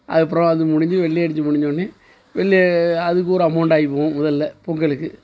அதுக்கப்புறம் அது முடிஞ்சு வெள்ளை அடிச்சு முடிஞ்சோன்னே வெள்ளை அதுக்கொரு அமௌண்ட் ஆகி போகும் முதலில் பொங்கலுக்கு